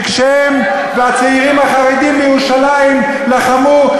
שכשהם והצעירים החרדים בירושלים לחמו,